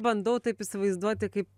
bandau taip įsivaizduoti kaip